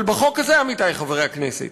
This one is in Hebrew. אבל בחוק הזה, עמיתי חברי הכנסת,